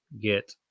get